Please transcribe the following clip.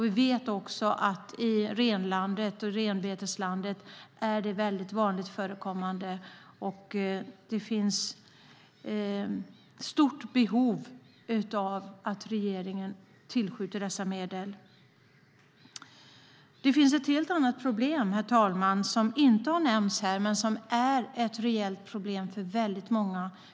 Vi vet att det är vanligt förekommande i renbeteslandet, och här finns stort behov av att regeringen tillskjuter dessa medel. Det finns ett problem som inte har nämnts i debatten.